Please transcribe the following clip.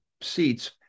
seats